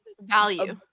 value